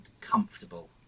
comfortable